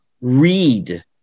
read